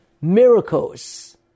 miracles